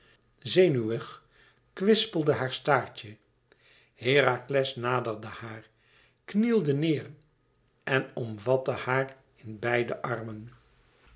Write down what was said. zenuwig kwispelde haar staartje herakles naderde haar knielde neêr en omvatte haar in beide armen